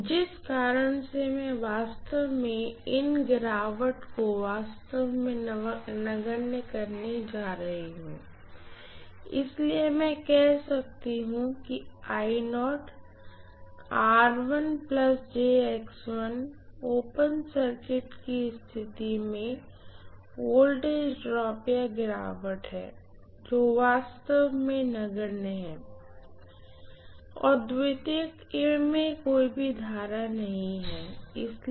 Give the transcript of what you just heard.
जिस कारण से मैं वास्तव में इन गिरावट को वास्तव में नगण्य करने जा रही हूँ इसलिए मैं कह सकती हूँ कि ओपन सर्किट कि स्थिति में वोल्टेज ड्राप या गिरावट है जो वास्तव में नगण्य है और सेकेंडरी में कोई भी करंट नहीं है इसलिए